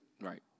Right